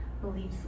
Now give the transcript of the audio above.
beliefs